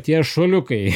tie šuoliukai